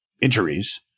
injuries